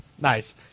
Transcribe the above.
Nice